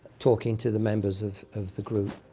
talking to the members of of the group,